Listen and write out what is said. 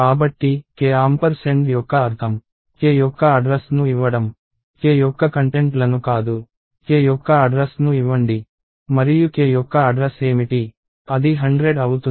కాబట్టి k ampersand యొక్క అర్థం k యొక్క అడ్రస్ ను ఇవ్వడం k యొక్క కంటెంట్లను కాదు k యొక్క అడ్రస్ ను ఇవ్వండి మరియు k యొక్క అడ్రస్ ఏమిటి అది 100 అవుతుంది